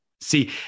See